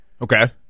Okay